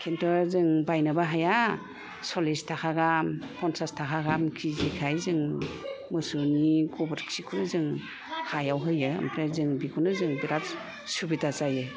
किन्तु जों बायनोबो हाया चललिस थाखा गाहाम फनचास थाखा गाहाम किजि खाय जों मोसौनि गोबोरखिखौ जों हायाव होयो ओमफ्राय बिखौनो जों बिराथ सुबिदा जायो